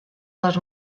les